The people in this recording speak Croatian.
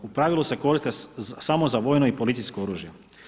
U pravilu se koriste samo za vojno i policijsko oružje.